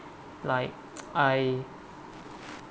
like I